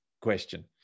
question